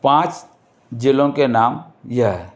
पाँच ज़िलों के नाम यह हैं